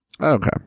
okay